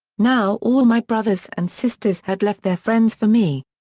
now all my brothers and sisters had left their friends for me.